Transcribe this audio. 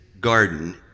garden